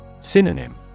Synonym